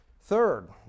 Third